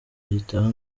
gitaha